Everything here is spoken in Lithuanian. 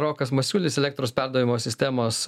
rokas masiulis elektros perdavimo sistemos